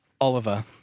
Oliver